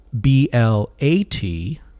b-l-a-t